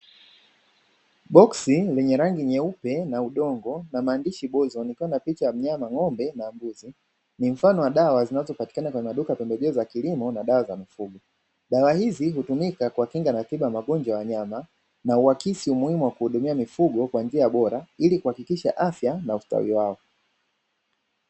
Boksi lenye rangi nyeupe na udongo na maandishi Bozon likiwa na picha mnyama na mbuzi, ni mfano wa dawa zinazopatikana kwenye maduka ya pembejeo za kilimo na dawa za mifugo. Dawa hizi hutumika kwa kinga na tiba ya magonjwa ya wanyama, na huonyesha umuhimu wa kuwahudumia mifugo kwa njia bora ili kuhakikisha afya na ustawi wao.